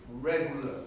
regular